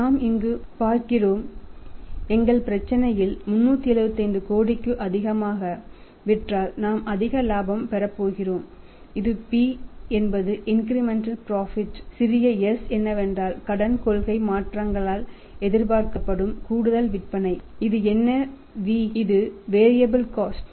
நாம் இங்கு பார்க்கிறேன் எங்கள் பிரச்சினையில் 375 கோடிக்கு அதிகமாக விற்றால் நாம் அதிக இலாபம் பெறப்போகிறோம் இது p என்பது இன்கிரிமெண்டல் புரோஃபிட்